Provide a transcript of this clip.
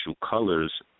colors